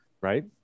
Right